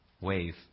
Wave